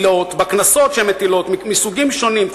בקנסות מסוגים שונים שהן מטילות,